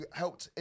helped